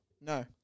No